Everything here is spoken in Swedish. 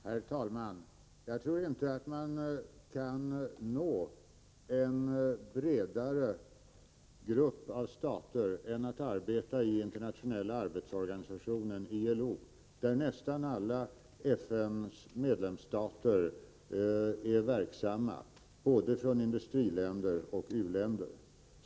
Herr talman! Jag tror inte att man kan nå ett större antal stater än man gör genom att arbeta i Internationella arbetsorganisationen, ILO, där nästan alla FN:s medlemsstater är verksamma, både i-länder och u-länder.